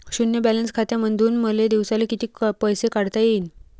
शुन्य बॅलन्स खात्यामंधून मले दिवसाले कितीक पैसे काढता येईन?